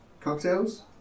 cocktails